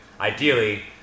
Ideally